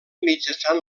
mitjançant